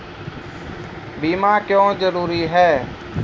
बीमा क्यों जरूरी हैं?